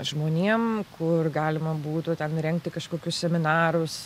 žmonėm kur galima būtų ten rengti kažkokius seminarus